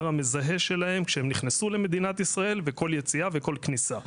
המזהה שלהם שהם נכנסו למדינת ישראל וכל יציאה וכל כניסה.